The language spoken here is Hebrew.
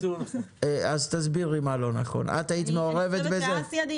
את היית מעורבת בזה?